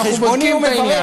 זה התקנון.